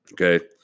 Okay